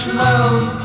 love